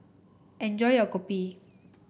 enjoy your Kopi